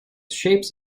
shapes